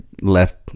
left